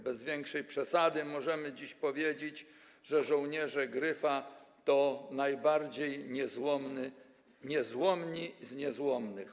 Bez większej przesady możemy dziś powiedzieć, że żołnierze „Gryfa” to najbardziej niezłomni z niezłomnych.